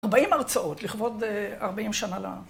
ארבעים הרצאות לכבוד ארבעים שנה לארץ.